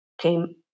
came